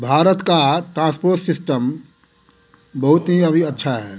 भारत का transport system बहुत ही अभी अच्छा है